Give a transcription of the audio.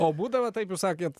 o būdavo taip jūs sakėt